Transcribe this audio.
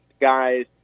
guys